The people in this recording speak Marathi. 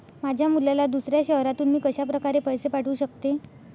माझ्या मुलाला दुसऱ्या शहरातून मी कशाप्रकारे पैसे पाठवू शकते?